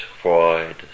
Freud